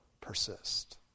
persist